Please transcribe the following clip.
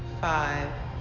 Five